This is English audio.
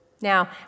Now